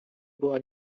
była